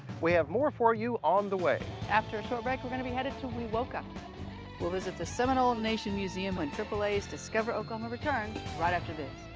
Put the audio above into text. we have more for you on the way after a short break, we're gonna be headed to wewoka. we'll visit the seminole nation museum when triple a's discover oklahoma returns right after this.